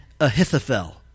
Ahithophel